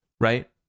right